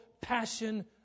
passion